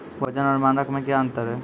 वजन और मानक मे क्या अंतर हैं?